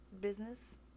business